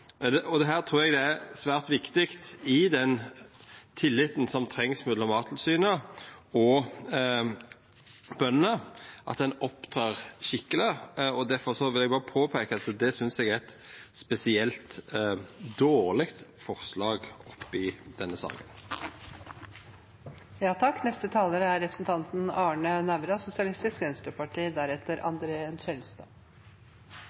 Her trur eg det er svært viktig, med tanke på den tilliten som trengst mellom Mattilsynet og bøndene, at ein opptrer skikkeleg, og difor vil eg berre påpeika at det synest eg er eit spesielt dårleg forslag i denne saka. For alle som er